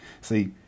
See